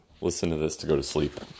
listen-to-this-to-go-to-sleep